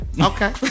Okay